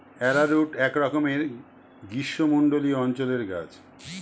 arrowroot একরকমের গ্রীষ্মমণ্ডলীয় অঞ্চলের গাছ